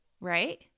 right